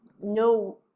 no